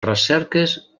recerques